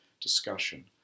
discussion